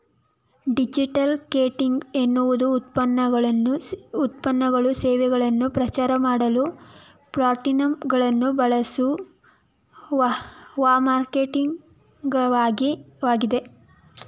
digital marketing ಎನ್ನುವುದುಉತ್ಪನ್ನಗಳು ಸೇವೆಯನ್ನು ಪ್ರಚಾರಮಾಡಲು ಪ್ಲಾಟ್ಫಾರ್ಮ್ಗಳನ್ನುಬಳಸುವಮಾರ್ಕೆಟಿಂಗ್ಘಟಕವಾಗಿದೆ